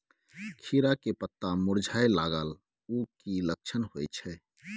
खीरा के पत्ता मुरझाय लागल उ कि लक्षण होय छै?